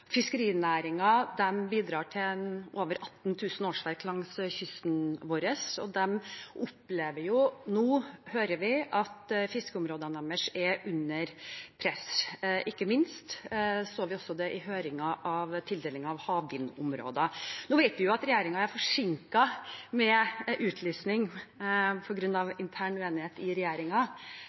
bidrar til over 18 000 årsverk langs kysten vår, og de opplever nå, hører vi, at fiskeområdene deres er under press. Ikke minst så vi det også i høringen om tildelingen av havvindområder. Nå vet vi at regjeringen er forsinket med tanke på utlysning på grunn av intern uenighet i